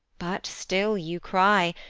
but still you cry,